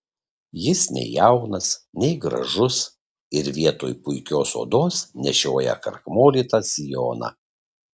jis nei jaunas nei gražus ir vietoj puikios odos nešioja krakmolytą sijoną